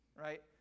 right